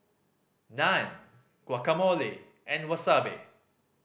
Naan Guacamole and Wasabi